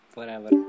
Forever